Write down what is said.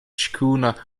schooner